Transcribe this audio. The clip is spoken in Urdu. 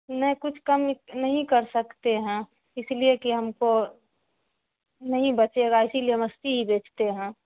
نہیں کچھ کم نہیں کر سکتے ہیں اس لیے کہ ہم کو نہیں بچے گا اسی لیے ہم اسی ہی بیچتے ہیں